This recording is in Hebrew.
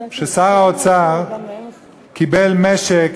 ששר האוצר קיבל משק